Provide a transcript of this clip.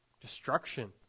destruction